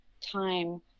time